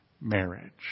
marriage